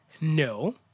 no